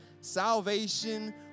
salvation